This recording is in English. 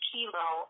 Kilo